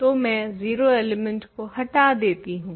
तो मैं 0 एलिमेंट को हटा देती हूँ